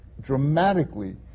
dramatically